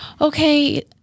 okay